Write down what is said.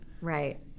Right